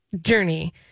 journey